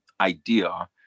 idea